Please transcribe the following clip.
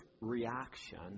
reaction